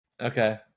Okay